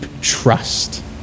trust